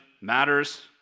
matters